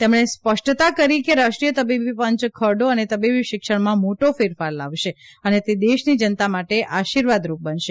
તેમણે સ્પષ્ટતા કરી કે રાષ્ટ્રીય તબીબી પંચ ખરડો એ તબીબી શિક્ષણમાં મોટા ફેરફારો લાવશે અને તે દેશની જનતા માટે આશીર્વાદરૂપ બનશે